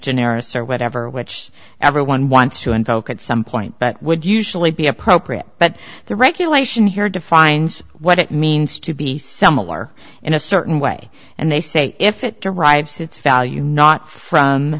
generis or whatever which everyone wants to invoke at some point but would usually be appropriate but the regulation here defines what it means to be similar in a certain way and they say if it derives its value not from